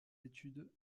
études